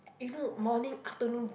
you know morning afternoon